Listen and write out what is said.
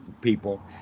people